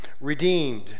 redeemed